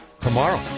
tomorrow